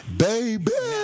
baby